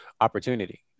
opportunity